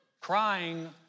Crying